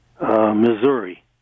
Missouri